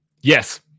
Yes